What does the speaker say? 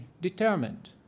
determined